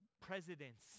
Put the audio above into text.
presidents